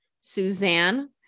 Suzanne